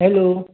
hello